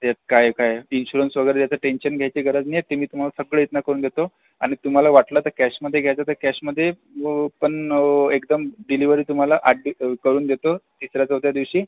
त्यात काय काय आहे इन्शुरन्स वगैरेची टेन्शन घ्यायची गरज नाही ते मी तुम्हाला सगळं इतना करून देतो आणि तुम्हाला वाटलं तर कॅश मध्ये घ्याच तर कॅश मध्ये पण एकदम डिलिव्हरी तुम्हाला आठ करून देतो तिसऱ्या चवथ्या दिवशी